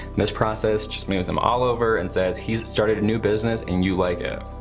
this process just moves them all over and says he's started a new business and you like it.